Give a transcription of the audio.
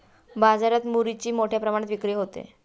बाजारात मुरीची मोठ्या प्रमाणात विक्री होते